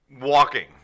walking